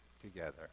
together